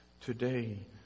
today